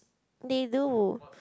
they do